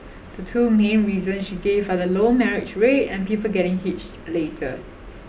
the two main reasons she gave are the low marriage rate and people getting hitched later